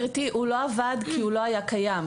הוא לא עבד כי הוא לא היה קיים.